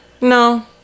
No